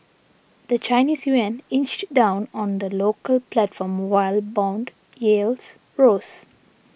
the Chinese yuan inched down on the local platform while bond yields rose